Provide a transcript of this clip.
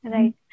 Right